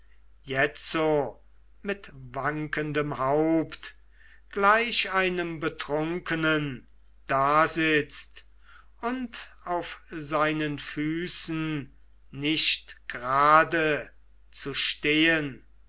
jetzo mit wankendem haupt gleich einem betrunkenen dasitzt und auf seinen füßen nicht grade zu stehen